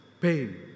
pain